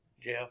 Jeff